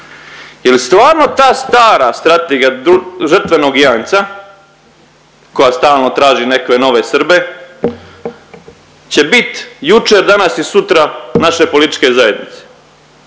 Jel stvarno ta stara strategija dru… žrtvenog janjca koja stalno traži nekakve nove Srbe će biti jučer, danas i sutra naše političke zajednice